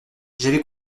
j’avais